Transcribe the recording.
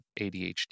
ADHD